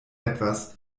etwas